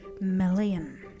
million